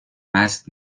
مست